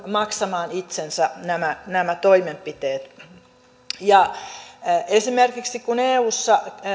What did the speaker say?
maksamaan itsensä nämä nämä toimenpiteet esimerkiksi kun eussa